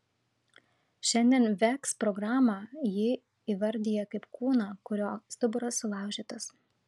šiandien veks programą ji įvardija kaip kūną kurio stuburas sulaužytas